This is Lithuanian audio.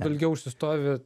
ilgiau užsistovi